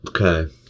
Okay